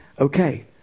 Okay